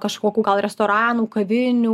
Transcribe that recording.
kažkokių gal restoranų kavinių